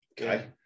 Okay